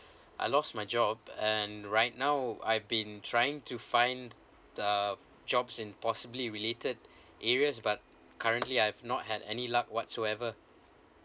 I lost my job and right now I've been trying to find the jobs in possibly related areas but currently I've not had any luck whatsoever